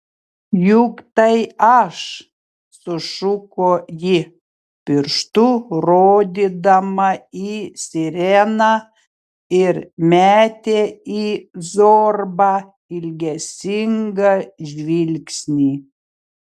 juk tai aš sušuko ji pirštu rodydama į sireną ir metė į zorbą ilgesingą žvilgsnį